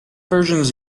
versions